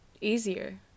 easier